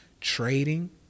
trading